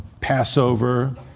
Passover